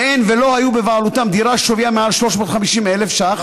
ואין ולא הייתה בבעלותם דירה ששווייה מעל 350,000 ש"ח,